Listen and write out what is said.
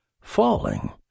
falling